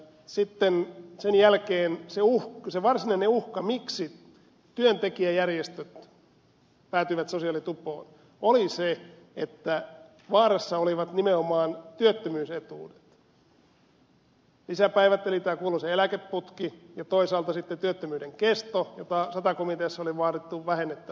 sitten sen jälkeen se varsinainen uhka miksi työntekijäjärjestöt päätyivät sosiaalitupoon oli se että vaarassa olivat nimenomaan työttömyysetuudet lisäpäivät eli tämä kuuluisa eläkeputki ja toisaalta sitten työttömyyden kesto jota sata komiteassa oli vaadittu vähennettäväksi